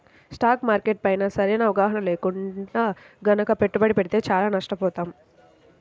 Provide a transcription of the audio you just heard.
stock market పైన సరైన అవగాహన లేకుండా గనక పెట్టుబడి పెడితే చానా నష్టపోతాం